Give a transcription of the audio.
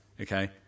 Okay